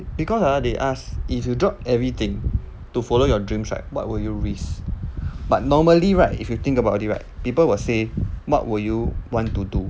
because ah they ask if you drop everything to follow your dreams right what will you risk but normally right if you think about it right people will say what would you want to do